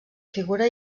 figura